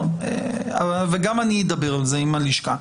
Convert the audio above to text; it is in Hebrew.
אני אדבר על זה עם הלשכה.